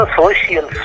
social